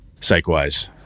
psych-wise